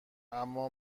اما